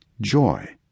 joy